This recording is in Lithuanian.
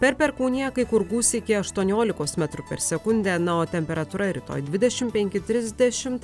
per perkūniją kai kur gūsiai iki aštuoniolikos metrų per sekundę na o temperatūra rytoj dvidešimt penki trisdešimt